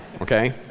okay